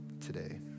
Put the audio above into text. today